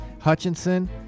Hutchinson